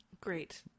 Great